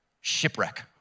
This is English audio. Shipwreck